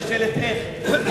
השאלה שנשאלת היא איך.